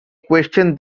question